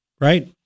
right